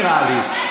נראה לי.